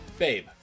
babe